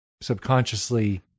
subconsciously